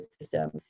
system